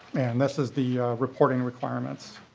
and this is the reporting requirements.